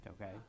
okay